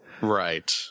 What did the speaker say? right